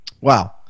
Wow